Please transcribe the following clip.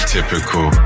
Typical